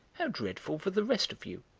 how dreadful for the rest of you,